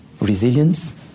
resilience